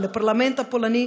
ולפרלמנט הפולני,